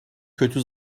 kötü